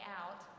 out